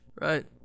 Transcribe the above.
right